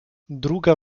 druga